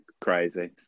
crazy